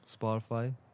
Spotify